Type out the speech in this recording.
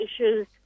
issues